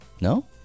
No